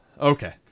Okay